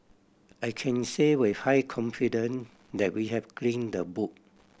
I can say with high confidence that we have clean the book